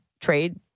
trade